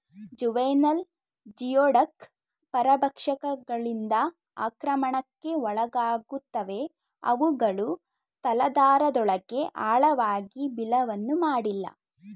juvenile geoduck ಪರಭಕ್ಷಕಗಳಿಂದ ಆಕ್ರಮಣಕ್ಕೆ ಒಳಗಾಗುತ್ತವೆ ಅವುಗಳು ತಲಾಧಾರದೊಳಗೆ ಆಳವಾಗಿ ಬಿಲವನ್ನು ಮಾಡಿಲ್ಲ